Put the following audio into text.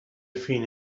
fin